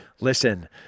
listen